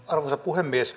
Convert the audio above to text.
arvoisa puhemies